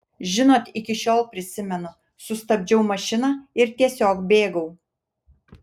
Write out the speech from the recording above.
žinot iki šiol prisimenu sustabdžiau mašiną ir tiesiog bėgau